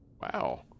Wow